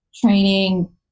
training